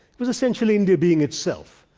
it was essentially india being itself.